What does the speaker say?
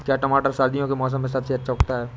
क्या टमाटर सर्दियों के मौसम में सबसे अच्छा उगता है?